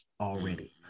already